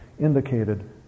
indicated